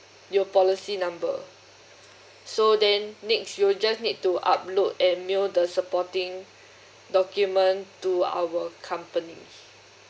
your policy number so then next you'll just need to upload and mail the supporting document to our company